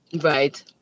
right